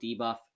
debuff